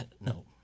no